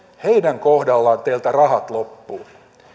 heidän kohdallaan teiltä rahat loppuvat